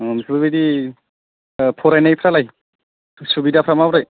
ओम बिफोरबायदि फरायनायफ्रालाय सुबिदाफ्रा माबोरै